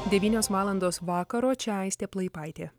devynios valandos vakaro čia aistė plaipaitė